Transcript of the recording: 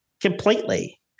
Completely